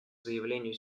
заявлению